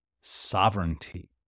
sovereignty